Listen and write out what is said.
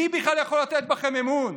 מי בכלל יכול לתת בכם אמון?